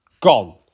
gone